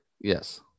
Yes